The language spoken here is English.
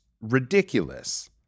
ridiculous